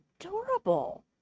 adorable